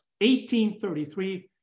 1833